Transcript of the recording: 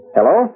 Hello